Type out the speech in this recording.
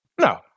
No